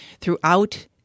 Throughout